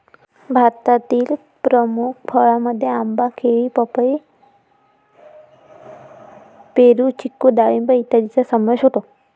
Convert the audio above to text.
भारतातील प्रमुख फळांमध्ये आंबा, केळी, पपई, पेरू, चिकू डाळिंब इत्यादींचा समावेश होतो